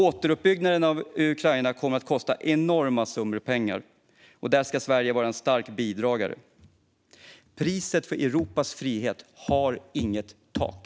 Återuppbyggnaden av Ukraina kommer att kosta enorma summor pengar, och där ska Sverige vara en stark bidragsgivare. Priset för Europas frihet har inget tak.